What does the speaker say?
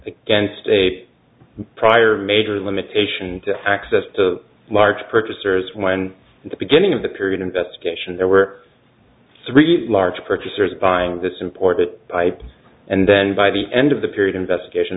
against a prior major limitation to access to large purchasers when in the beginning of the period investigation there were three large purchasers by that supported by and then by the end of the period investigation